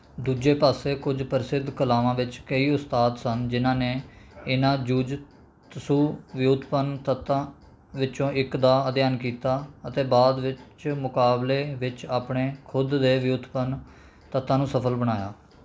ਦੂਜੇ ਪਾਸੇ ਕੁਝ ਪ੍ਰਸਿੱਧ ਕਲਾਵਾਂ ਵਿੱਚ ਕਈ ਉਸਤਾਦ ਸਨ ਜਿਨ੍ਹਾਂ ਨੇ ਇਨ੍ਹਾਂ ਜੁਜੁਤਸੂ ਵਿਉਤਪੰਨ ਤੱਤਾਂ ਵਿੱਚੋਂ ਇੱਕ ਦਾ ਅਧਿਐਨ ਕੀਤਾ ਅਤੇ ਬਾਅਦ ਵਿੱਚ ਮੁਕਾਬਲੇ ਵਿੱਚ ਆਪਣੇ ਖੁਦ ਦੇ ਵਿਉਤਪੰਨ ਤੱਤਾਂ ਨੂੰ ਸਫ਼ਲ ਬਣਾਇਆ